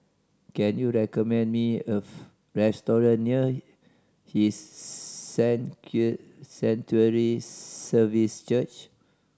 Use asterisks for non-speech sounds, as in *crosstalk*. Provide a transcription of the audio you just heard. can you recommend me of restaurant near His *unintelligible* Sanctuary Service Church